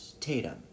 Tatum